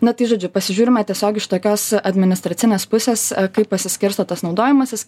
na tai žodžiu pasižiūrime tiesiog iš tokios administracinės pusės kaip pasiskirsto tas naudojimasis